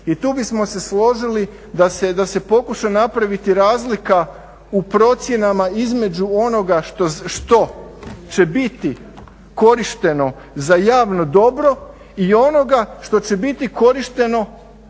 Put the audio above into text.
i tu bismo se složili da se pokuša napraviti razlika u procjenama između onoga što će biti korišteno za javno dobro i onoga što će biti korišteno